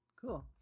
Cool